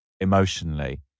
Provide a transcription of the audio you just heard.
emotionally